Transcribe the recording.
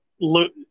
look